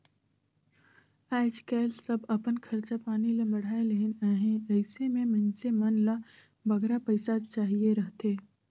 आएज काएल सब अपन खरचा पानी ल बढ़ाए लेहिन अहें अइसे में मइनसे मन ल बगरा पइसा चाहिए रहथे